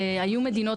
היו מדינות,